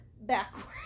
backwards